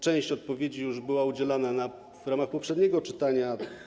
Część odpowiedzi już była udzielona w ramach poprzedniego czytania.